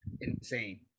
insane